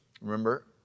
remember